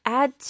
add